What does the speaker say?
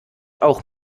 auch